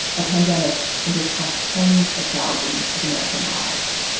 a pandemic that has cost tens of thousands of american lives